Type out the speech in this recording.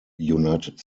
united